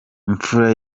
imfura